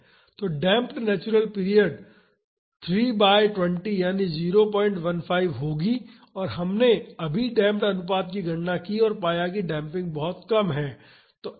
तो damped natural period 3 बाई 20 यानी 015 होगी और हमने अभी डेम्प्ड अनुपात की गणना की और पाया कि डेम्पिंग बहुत कम है